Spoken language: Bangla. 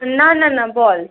না না না বল